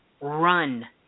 Run